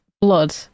blood